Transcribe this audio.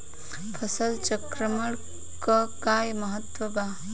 फसल चक्रण क का महत्त्व बा?